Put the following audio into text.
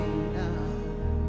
now